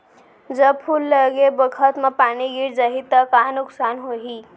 जब फूल लगे बखत म पानी गिर जाही त का नुकसान होगी?